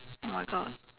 oh my god